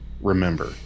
remember